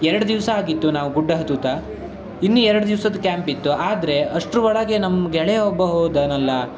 ಎರಡು ದಿವಸ ಆಗಿತ್ತು ನಾವು ಗುಡ್ಡ ಹತ್ತುತ್ತಾ ಇನ್ನು ಎರಡು ದಿವ್ಸದ ಕ್ಯಾಂಪಿತ್ತು ಆದರೆ ಅಷ್ಟ್ರ ಒಳಗೆ ನಮ್ಮ ಗೆಳೆಯ ಒಬ್ಬ ಹೋದನಲ್ಲ